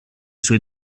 suoi